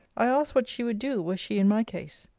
i asked what she would do, were she in my case?